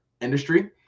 industry